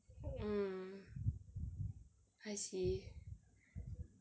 mm I see